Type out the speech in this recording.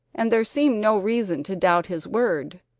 and there seemed no reason to doubt his word.